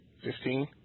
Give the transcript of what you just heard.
Fifteen